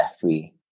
free